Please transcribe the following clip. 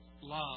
love